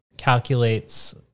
calculates